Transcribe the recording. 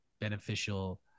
beneficial